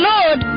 Lord